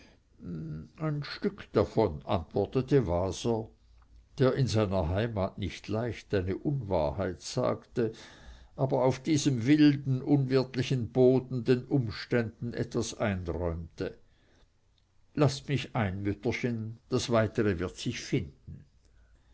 ein stück davon antwortete waser der in seiner heimat nicht leicht eine unwahrheit sagte aber auf diesem wilden unwirtlichen boden den umständen etwas einräumte laßt mich ein mütterchen das weitere wird sich finden